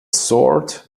sword